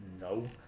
no